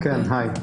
פתוחים.